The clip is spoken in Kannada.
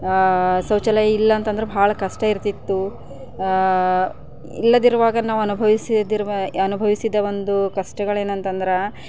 ಶೌಚಾಲಯ ಇಲ್ಲಾಂತಂದ್ರೆ ಬಹಳ ಕಷ್ಟ ಇರ್ತಿತ್ತು ಇಲ್ಲದಿರುವಾಗ ನಾವು ಅನುಭವಿಸದಿರುವ ಅನುಭವಿಸಿದ ಒಂದು ಕಷ್ಟಗಳೇನಂತಂದ್ರೆ